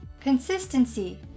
Consistency